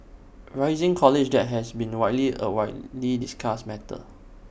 rising college debt has been widely A widely discussed matter